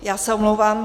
Já se omlouvám.